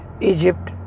Egypt